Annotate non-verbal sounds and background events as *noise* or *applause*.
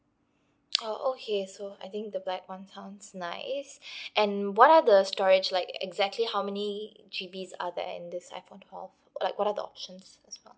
oh okay so I think the black one sounds nice *breath* and what are the storage like exactly how many G_Bs are there in this iphone twelve like what are the options as well